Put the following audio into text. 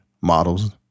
models